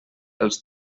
els